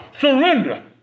surrender